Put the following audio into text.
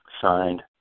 Signed